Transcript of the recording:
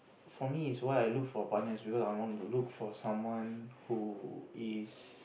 for me is why I look for a partner is because I wanna look for someone who is